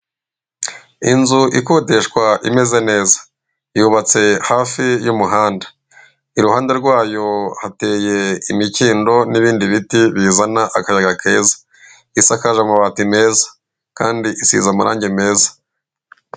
Inzu ikodeshwa imeze neza, yubatse hafi y'umuhanda. Iruhande rwayo hateye imikindo n'ibindi biti bizana akayaga keza, isakaje amabati meza kandi isize amarangi meza.